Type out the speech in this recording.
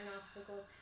obstacles